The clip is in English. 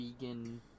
vegan